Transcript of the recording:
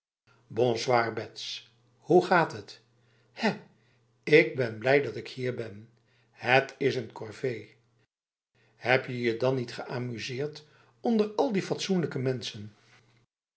bonsoir bets hoe gaat het hè ik ben blij dat ik hier ben het is een corvée heb je je dan niet geamuseerd onder al die fatsoenlijke mensen